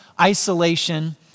isolation